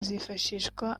azifashishwa